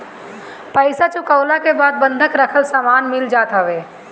पईसा चुकवला के बाद बंधक रखल सामान मिल जात हवे